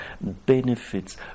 benefits